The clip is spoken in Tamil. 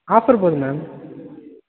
ஆஃபர் போது மேம்